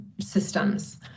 systems